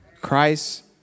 Christ